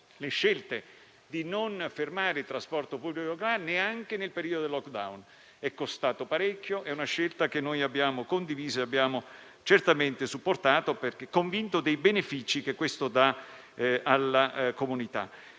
la scelta di non fermare il trasporto pubblico locale anche nel periodo del *lockdown*: è costato parecchio ed è una scelta che abbiamo condiviso e supportato, perché convinti dei benefici che dà alla comunità